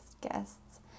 guests